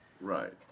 Right